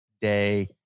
Day